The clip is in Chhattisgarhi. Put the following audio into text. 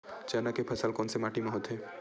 चना के फसल कोन से माटी मा होथे?